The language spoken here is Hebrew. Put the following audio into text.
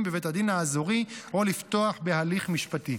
בבית הדין האזורי או לפתוח בהליך משפטי.